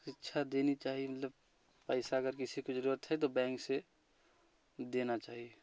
शिक्षा देनी चाहिए मतलब पैसा अगर किसी को जरुरत है तो बैंक से देना चाहिए